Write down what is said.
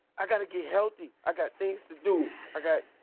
i gotta get healthy, i got things to do, i got.